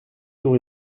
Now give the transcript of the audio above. tour